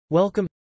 Welcome